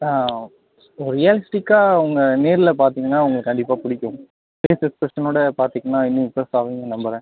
ஆ ஓ ரியல்ஸ்டிக்காக உங்களை நேரில் பார்த்தீங்கன்னா உங்களுக்கு கண்டிப்பாக பிடிக்கும் ஃபேஸ் எக்ஸ்ப்ரெஷனோடு பார்த்தீங்கன்னா இன்னும் இம்ப்ரெஸ் ஆகுவீங்கன்னு நம்புகிறேன்